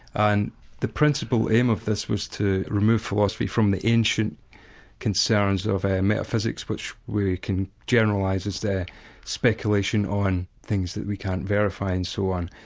the principal aim of this was to remove philosophy from the ancient concerns of metaphysics, which we can generalise as the speculation on things that we can't verify and so on.